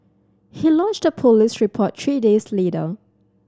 he lodged a police report three days later